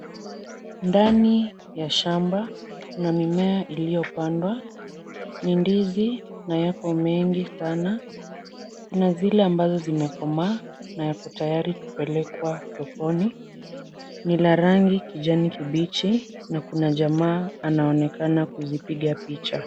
Ndani ya shamba, kuna mimea iliyopandwa. Ni ndizi na yako mengi sana. Kuna zile ambazo zimekomaa na yako tayari kupelekwa sokoni. Ni la rangi kijani kibichi na kuna jamaa anaonekana kuzipiga picha.